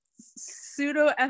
pseudo